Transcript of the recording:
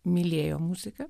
mylėjo muziką